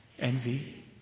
envy